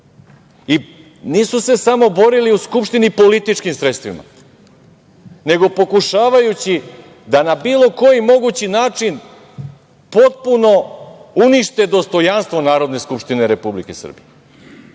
Vučić. Nisu se samo borili u Skupštini političkim sredstvima, nego pokušavajući da na bilo koji mogući način potpuno unište dostojanstvo Narodne skupštine Republike Srbije,